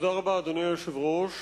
אדוני היושב-ראש,